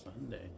Sunday